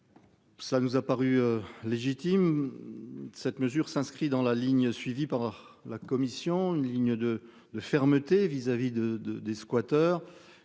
Ça nous a paru légitime. Cette mesure s'inscrit dans la ligne suivie par la Commission. Une ligne de de fermeté vis-à-vis de de des squatters.